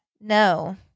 No